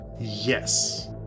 Yes